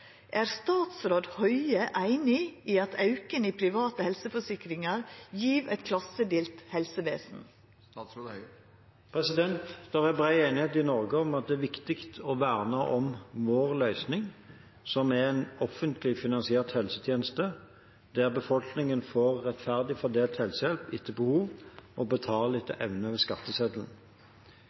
Er statsråd Høie einig i at aukinga i private helseforsikringer gjer eit klassedelt helsevesen?» Det er bred enighet i Norge om at det er viktig å verne om vår løsning, som er en offentlig finansiert helsetjeneste der befolkningen får rettferdig fordelt helsehjelp etter behov, og betaler etter evne over skatteseddelen.